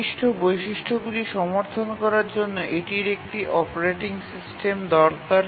নির্দিষ্ট বৈশিষ্ট্যগুলি সমর্থন করার জন্য এটির একটি অপারেটিং সিস্টেম দরকার